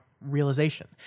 realization